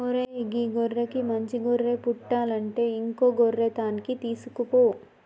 ఓరై గీ గొర్రెకి మంచి గొర్రె పుట్టలంటే ఇంకో గొర్రె తాన్కి తీసుకుపో